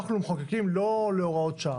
אנחנו לא מחוקקים הוראות שעה,